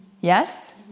Yes